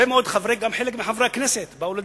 גם חלק מחברי הכנסת באו לדיונים,